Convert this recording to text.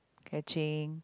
catching